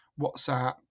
WhatsApp